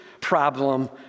problem